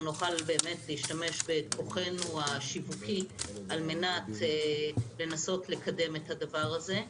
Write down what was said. נוכל להשתמש בכוחנו השיווקי כדי לנסות לקדם את הדבר הזה.